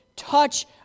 touch